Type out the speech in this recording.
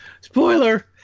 Spoiler